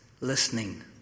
listening